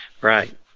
Right